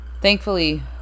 thankfully